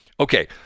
Okay